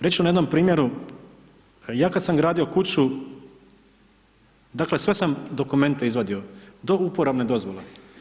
Reći ću na jednom primjeru, ja kada sam gradio kuću, dakle sve sam dokumente izvadio do uporabne dozvole.